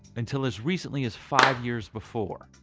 until as recently as five years before.